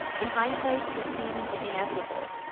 in hindsight, this seemed inevitable.